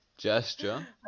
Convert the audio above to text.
Gesture